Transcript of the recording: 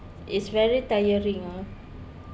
it's very tiring ah